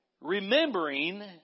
remembering